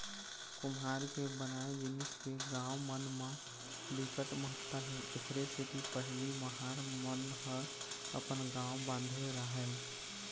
कुम्हार के बनाए जिनिस के गाँव मन म बिकट महत्ता हे एखरे सेती पहिली महार मन ह अपन गाँव बांधे राहय